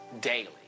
daily